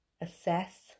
assess